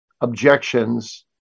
objections